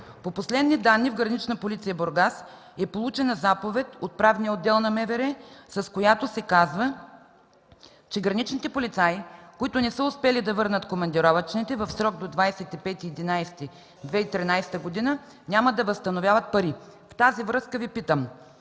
По последни данни в „Гранична полиция“ – Бургас, е получена заповед от Правния отдел на МВР, с която се казва, че граничните полицаи, които не са успели да върнат командировъчните в срок до 25 ноември 2013 г., няма да възстановяват парите. В тази връзка Ви питам: